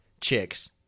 chicks